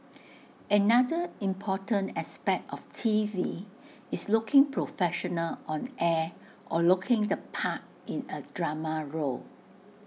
another important aspect of T V is looking professional on air or looking the part in A drama role